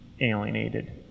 alienated